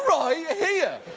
right here!